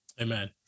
Amen